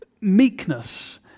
meekness